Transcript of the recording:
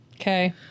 Okay